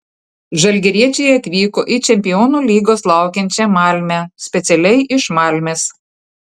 žalgiriečiai atvyko į čempionų lygos laukiančią malmę specialiai iš malmės